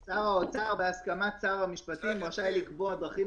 שר האוצר בהסכמת שר המשפטים רשאי לקבוע דרכים